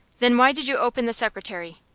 then why did you open the secretary?